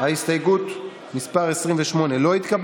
יש עוד עשרות ומאות אלפים שעוד לא יצאו